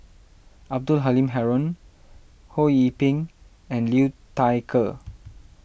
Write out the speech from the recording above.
Abdul Halim Haron Ho Yee Ping and Liu Thai Ker